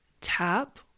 tap